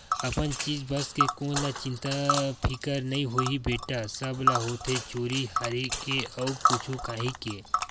अपन चीज बस के कोन ल चिंता फिकर नइ होही बेटा, सब ल होथे चोरी हारी के अउ कुछु काही के